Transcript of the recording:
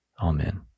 Amen